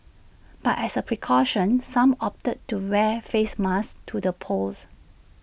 but as A precaution some opted to wear face masks to the polls